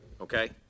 okay